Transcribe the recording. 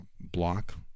block